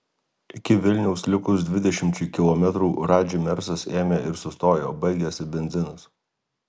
iki vilniaus likus dvidešimčiai kilometrų radži mersas ėmė ir sustojo baigėsi benzinas